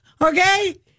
Okay